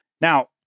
Now